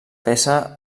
peça